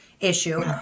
issue